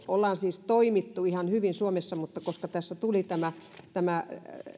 ollaan toimittu ihan hyvin suomessa mutta koska tässä tuli tämä